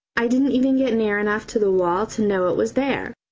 i didn't even get near enough to the wall to know it was there,